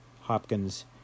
Hopkins